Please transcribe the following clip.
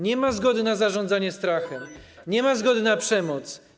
Nie ma zgody na zarządzanie strachem, nie ma zgody na przemoc.